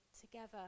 together